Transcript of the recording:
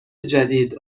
جدید